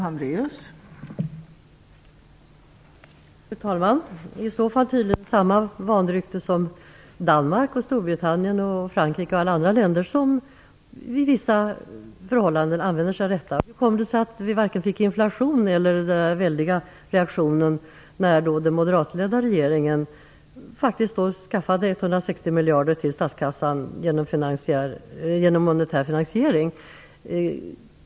Fru talman! I så fall tydligen i samma vanrykte som Danmark, Storbritannien, Frankrike och alla andra länder som under vissa förhållanden använder sig av detta. Hur kommer det sig att vi varken fick inflation eller någon väldig reaktion när den moderatledda regeringen faktiskt skaffade 160 miljarder till statskassan genom monetär finansiering?